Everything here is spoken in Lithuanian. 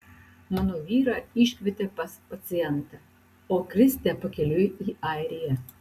mano vyrą iškvietė pas pacientą o kristė pakeliui į airiją